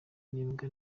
nimba